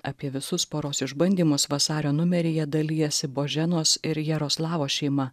apie visus poros išbandymus vasario numeryje dalijasi boženos ir jaroslavo šeima